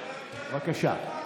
בבקשה.